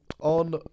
on